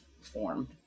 form